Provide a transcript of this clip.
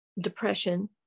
depression